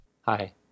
Hi